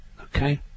Okay